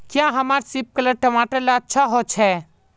क्याँ हमार सिपकलर टमाटर ला अच्छा होछै?